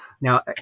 now